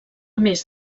més